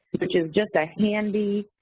which is just a handy